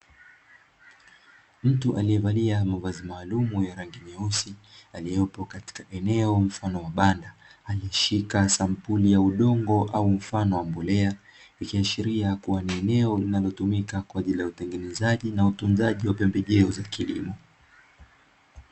Mtu aliyevalia mavazi maalumu ya rangi nyeusi, aliopo katika eneo mfano wa banda, aliyeshika sampuli ya udongo au mfano wa mbolea ,likiashiria kuwa ni eneo linalotumika kwa ajili ya utengenezaji na utunzaji wa pembejeo za kilimo.